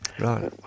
Right